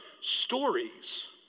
stories